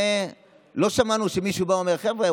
ולא שמענו שמישהו בא ואומר: חבר'ה,